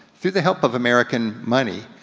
through the help of american money,